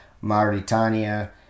Mauritania